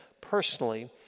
personally